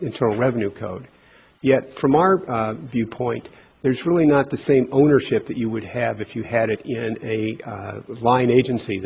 internal revenue code yet from our viewpoint there's really not the same ownership that you would have if you had it in a line agency